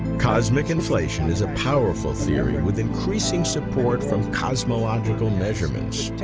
cosmic inflation is a powerful theory with increasing support from cosmological measurements.